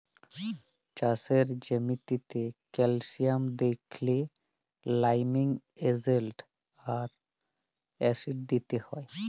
চাষের জ্যামিতে ক্যালসিয়াম দিইলে লাইমিং এজেন্ট আর অ্যাসিড দিতে হ্যয়